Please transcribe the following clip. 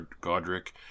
Godric